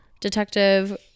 Detective